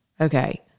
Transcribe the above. okay